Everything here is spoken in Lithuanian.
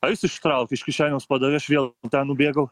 a jis ištraukė iš kišenės padavė aš vėl nubėgau